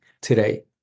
today